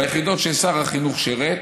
ביחידות ששר החינוך שירת,